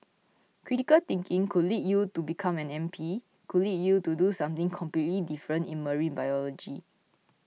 critical thinking could lead you to become an M P could lead you to do something completely different in marine biology